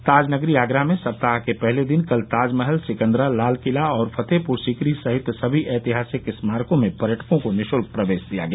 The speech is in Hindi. ताज नगरी आगरा में सप्ताह के पहले दिन कल ताजमहल सिकन्दरा लालकिला और फतेहपुर सीकरी सहित समी ऐतिहासिक स्मारकों में पर्यटकों को निशुल्क प्रवेश दिया गया